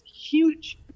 huge